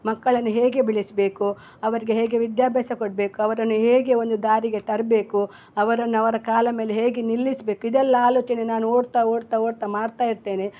ಮಕ್ಕಳನ್ನು ಹೇಗೆ ಬೆಳೆಸ್ಬೇಕು ಅವರಿಗೆ ಹೇಗೆ ವಿದ್ಯಾಭ್ಯಾಸ ಕೊಡ್ಬೇಕು ಅವರನ್ನು ಹೇಗೆ ಒಂದು ದಾರಿಗೆ ತರಬೇಕು ಅವರನ್ನು ಅವರ ಕಾಲ ಮೇಲೆ ಹೇಗೆ ನಿಲ್ಲಿಸಬೇಕು ಇದೆಲ್ಲ ಆಲೋಚನೆ ನಾನು ಓಡ್ತಾ ಓಡ್ತಾ ಓಡ್ತಾ ಮಾಡ್ತಾ ಇರ್ತೇನೆ